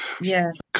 Yes